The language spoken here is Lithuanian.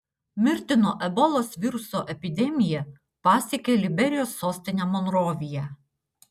mirtino ebolos viruso epidemija pasiekė liberijos sostinę monroviją